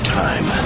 time